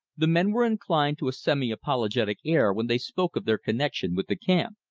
the men were inclined to a semi-apologetic air when they spoke of their connection with the camp.